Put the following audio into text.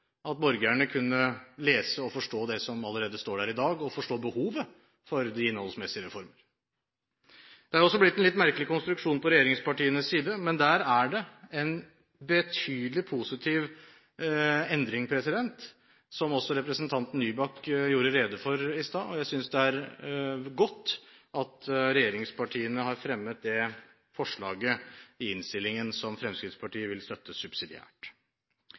at borgerne kunne lese og forstå det som allerede står der i dag, og forstå behovet for de innholdsmessige reformene. Det er også blitt en litt merkelig konstruksjon på regjeringspartienes side, men der er det en betydelig positiv endring, som også representanten Nybakk gjorde rede for i stad. Jeg synes det er godt at regjeringspartiene har fremmet det forslaget i innstillingen, som Fremskrittspartiet vil støtte subsidiært.